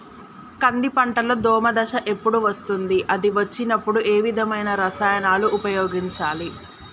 కంది పంటలో దోమ దశ ఎప్పుడు వస్తుంది అది వచ్చినప్పుడు ఏ విధమైన రసాయనాలు ఉపయోగించాలి?